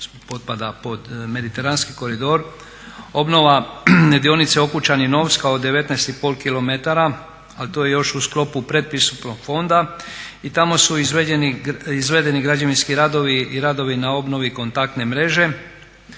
potpada pod mediteranski koridor obnova dionice Okučani-Novska od 19,5 km, ali to je još u sklopu pretpristupnog fonda i tamo su izvedeni građevinski radovi i radovi na obnovi kontaktne mreže.